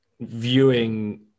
viewing